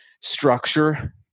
structure